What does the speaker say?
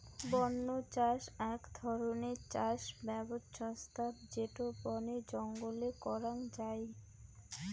বন্য চাষ আক ধরণের চাষ ব্যবছস্থা যেটো বনে জঙ্গলে করাঙ যাই